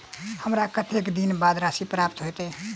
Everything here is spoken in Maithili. हमरा कत्तेक दिनक बाद राशि प्राप्त होइत?